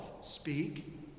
speak